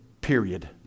Period